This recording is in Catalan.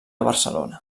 barcelona